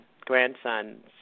grandsons